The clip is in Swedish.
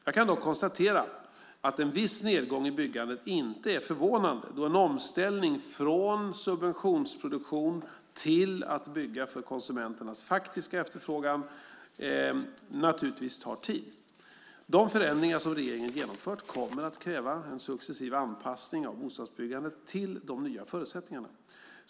Jag kan dock konstatera att en viss nedgång i byggande inte är förvånande då en omställning från subventionsproduktion till att bygga för konsumenternas faktiska efterfrågan naturligtvis tar tid. De förändringar som regeringen genomfört kommer att kräva en successiv anpassning av bostadsbyggandet till de nya förutsättningarna.